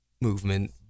movement